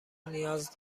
نیاز